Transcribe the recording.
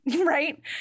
right